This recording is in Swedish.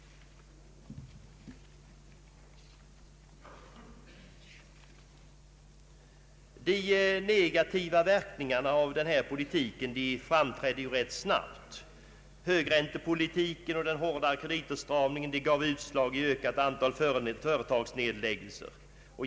De negativa verkningarna av politiken framträder rätt snabbt. Högräntepolitiken och den hårda kreditåtstramningen har givit utslag i ett ökat antal företagsnedläggelser.